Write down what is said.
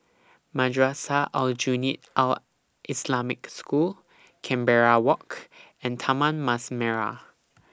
Madrasah Aljunied Al Islamic School Canberra Walk and Taman Mas Merah